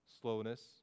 slowness